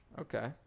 Okay